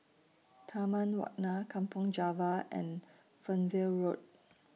Taman Warna Kampong Java and Fernvale Road